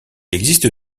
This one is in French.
existe